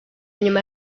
nyuma